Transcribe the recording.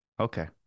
Okay